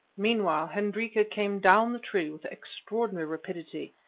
meanwhile hendrika came down the tree with extraordinary rapidity,